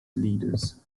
leaders